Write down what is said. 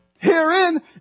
Herein